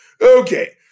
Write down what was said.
Okay